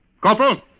Corporal